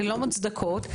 לא מוצדקות.